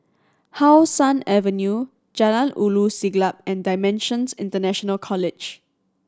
How Sun Avenue Jalan Ulu Siglap and Dimensions International College